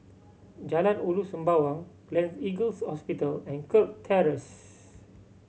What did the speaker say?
Jalan Ulu Sembawang Gleneagles Hospital and Kirk Terrace